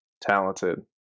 talented